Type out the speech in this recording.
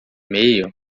mail